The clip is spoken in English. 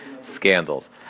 scandals